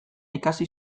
ikasi